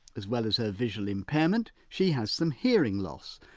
as well as her visual impairment she has some hearing loss.